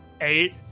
eight